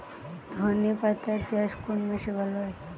ধনেপাতার চাষ কোন মাসে ভালো হয়?